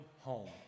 home